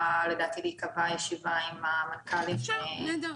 לדעתי להיקבע ישיבה עם המנכ"לים --- נהדר,